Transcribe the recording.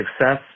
success